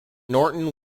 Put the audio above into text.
norton